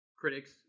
critics